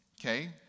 okay